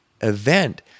event